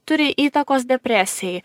turi įtakos depresijai